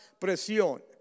presión